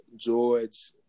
George